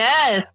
Yes